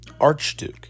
Archduke